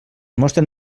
mostren